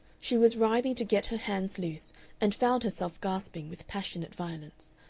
she was writhing to get her hands loose and found herself gasping with passionate violence,